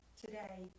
today